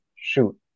Shoot